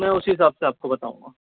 میں اسی حساب سے آپ کو بتاؤں گا